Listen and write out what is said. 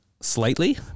slightly